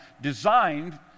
designed